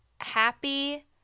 happy